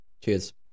Cheers